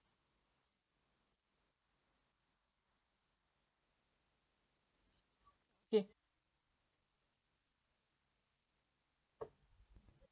K